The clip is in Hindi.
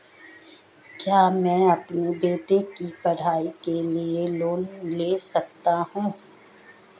क्या मैं अपने बेटे की पढ़ाई के लिए लोंन ले सकता हूं?